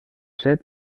set